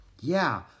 Yeah